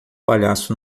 palhaço